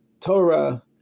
Torah